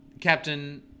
captain